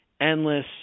endless